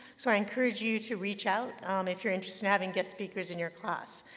so i encourage you to reach out if you're interested in having guest speakers in your class.